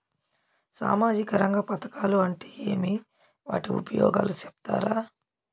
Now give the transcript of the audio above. సామాజిక రంగ పథకాలు అంటే ఏమి? వాటి ఉపయోగాలు సెప్తారా?